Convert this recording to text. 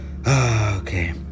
Okay